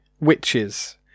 Witches